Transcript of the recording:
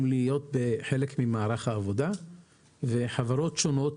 להיות חלק ממערך העבודה וחברות שונות